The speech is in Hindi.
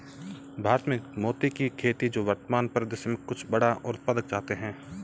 भारत में मोती की खेती जो वर्तमान परिदृश्य में कुछ बड़ा और उत्पादक चाहते हैं